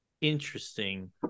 Interesting